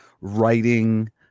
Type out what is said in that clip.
Writing